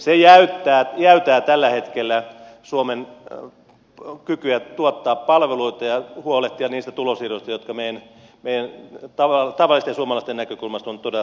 se jäytää tällä hetkellä suomen kykyä tuottaa palveluita ja huolehtia niistä tulonsiirroista jotka tavallisten suomalaisten näkökulmasta ovat todella tärkeitä